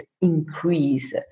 increase